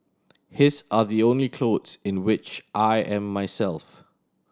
his are the only clothes in which I am myself